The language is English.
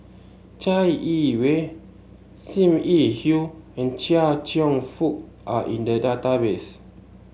Chai Yee Wei Sim Yi Hui and Chia Cheong Fook are in the database